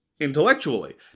intellectually